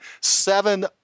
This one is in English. seven